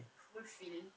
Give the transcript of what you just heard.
fulfil